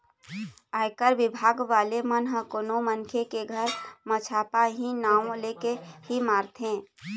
आयकर बिभाग वाले मन ह कोनो मनखे के घर म छापा इहीं नांव लेके ही मारथे